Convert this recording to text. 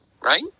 right